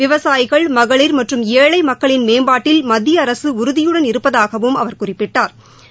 விவசாயிகள் மகளிர் மற்றும் ஏழை மக்களின் மேம்பாட்டில் மத்திய அரசு உறுதியுடன் இருப்பதாகவும் அவர் குறிப்பிட்டா்